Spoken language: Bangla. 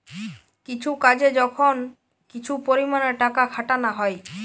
কিছু কাজে যখন কিছু পরিমাণে টাকা খাটানা হয়